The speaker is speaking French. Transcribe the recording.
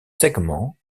segments